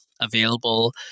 available